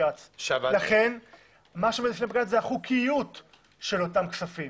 לכן מה שעומד בפני בג"ץ זה החוקיות של אותם כספים.